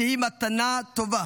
שהיא מתנה טובה